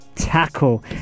Tackle